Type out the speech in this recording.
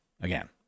Again